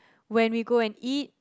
when we go and eat